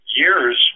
years